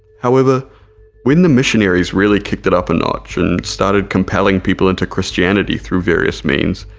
however when the missionaries really kicked it up a notch and started compelling people into christianity through various means,